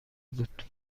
بود